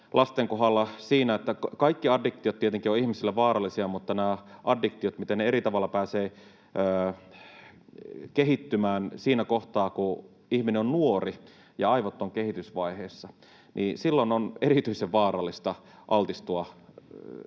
lasten kohdalla siinä, että kaikki addiktiot tietenkin ovat ihmisille vaarallisia, mutta miten eri tavalla nämä addiktiot pääsevät kehittymään siinä kohtaa, kun ihminen on nuori ja aivot ovat kehitysvaiheessa. Silloin on erityisen vaarallista altistua